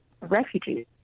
Refugees